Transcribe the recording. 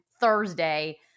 Thursday